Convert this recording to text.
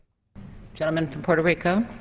gentleman from puerto rico.